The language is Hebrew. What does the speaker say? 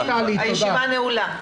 הישיבה נעולה.